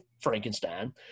Frankenstein